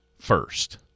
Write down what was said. First